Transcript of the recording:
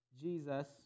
Jesus